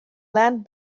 land